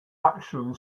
action